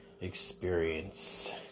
experience